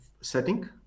setting